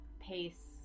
Pace